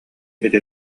ити